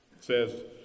says